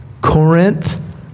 Corinth